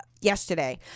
Yesterday